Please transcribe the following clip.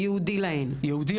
מקומות ייעודיים להם.